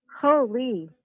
Holy